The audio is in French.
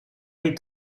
est